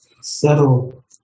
settle